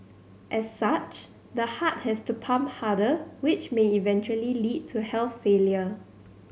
as such the heart has to pump harder which may eventually lead to health failure